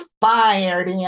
fired